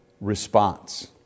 response